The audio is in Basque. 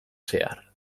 zehar